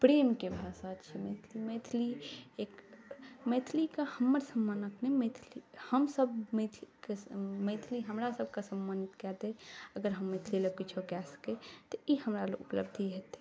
प्रेमके भाषा छै मैथिली मैथिलीके हमर सम्मानके नहि मैथिली हमरासबके सम्मानित कऽ दैए अगर हम मैथिलीलए किछु कऽ सकी तऽ ई हमरा लोकके अथी हेतै